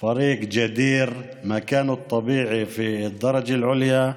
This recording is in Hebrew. להלן תרגומם: